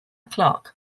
clarke